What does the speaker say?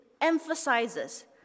emphasizes